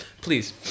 Please